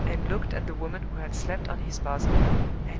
and looked at the woman who had slept on his bosom,